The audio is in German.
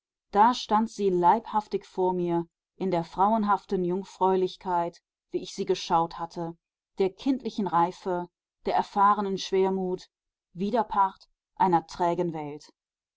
da stand sie leibhaftig vor mir in der frauenhaften jungfräulichkeit wie ich sie geschaut hatte der kindlichen reife der erfahrenen schwermut widerpart einer trägen welt